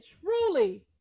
truly